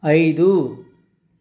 ఐదు